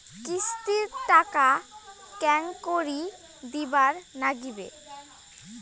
কিস্তির টাকা কেঙ্গকরি দিবার নাগীবে?